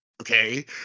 Okay